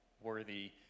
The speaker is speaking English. worthy